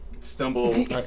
stumble